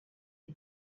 air